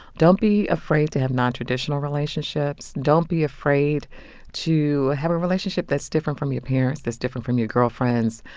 don't be afraid to have non-traditional relationships. don't be afraid to have a relationship that's different from your parents', that's different from your girlfriends',